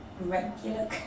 regular